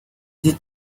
did